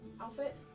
outfit